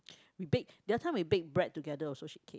bake the other time we bake bread together also she came